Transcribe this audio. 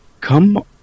come